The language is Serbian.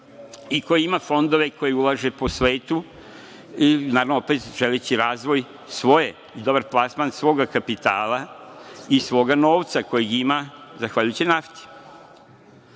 i koji ima fondove u koje ulaže po svetu. Naravno, opet želeći razvoj svoje i dobar plasman svog kapitala i svog novca koji ima zahvaljujući nafti.